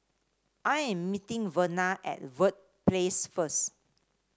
I am meeting Verna at Verde Place first